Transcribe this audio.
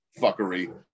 fuckery